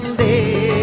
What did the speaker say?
the